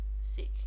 sick